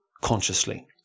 consciously